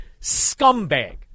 scumbag